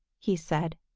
he said.